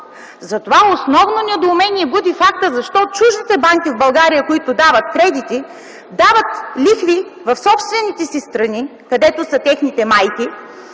Затова основно недоумение буди фактът защо чуждите банки в България, които дават кредити в собствените си страни, където са техните майки,